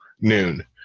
noon